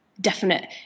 definite